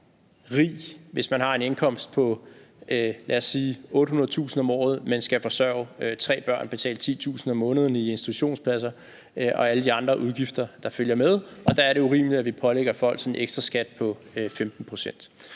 hvis man har en indkomst på, lad os sige 800.000 kr. om året, og man skal forsørge tre børn, betale 10.000 kr. om måneden i institutionspladser og alle de andre udgifter, der følger med, og der er det urimeligt, at vi pålægger folk sådan en ekstraskat på 15 pct.